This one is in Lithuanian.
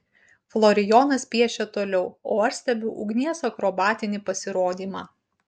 florijonas piešia toliau o aš stebiu ugnies akrobatinį pasirodymą